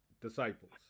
disciples